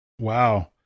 wow